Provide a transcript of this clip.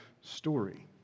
story